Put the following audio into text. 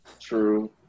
True